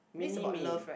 mini me